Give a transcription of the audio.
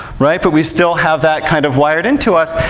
right? but we still have that kind of wired into us,